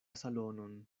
salonon